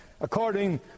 According